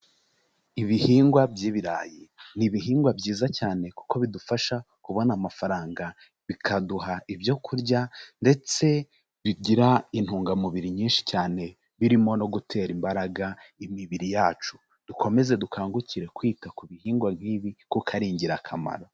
Ibihingwa by'ibirayi, ni ibihingwa byiza cyane, kuko bidufasha kubona amafaranga, bikaduha ibyo kurya, ndetse bigira intungamubiri nyinshi cyane, birimo no gutera imbaraga imibiri yacu, dukomeze dukangukire kwita ku bihingwa nk'ibi kuko ari ingirakamaro.